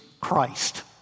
Christ